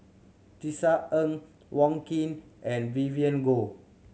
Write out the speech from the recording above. Tisa Ng Wong Keen and Vivien Goh